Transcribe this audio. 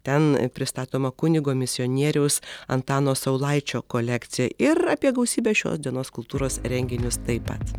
ten pristatoma kunigo misionieriaus antano saulaičio kolekcija ir apie gausybę šios dienos kultūros renginius taip pat